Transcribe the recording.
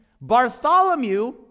Bartholomew